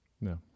No